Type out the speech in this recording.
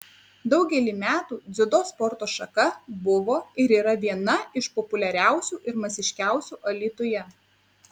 daugelį metų dziudo sporto šaka buvo ir yra viena iš populiariausių ir masiškiausių alytuje